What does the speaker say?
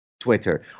Twitter